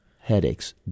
headaches